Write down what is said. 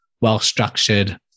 well-structured